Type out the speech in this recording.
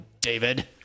David